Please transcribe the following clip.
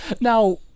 Now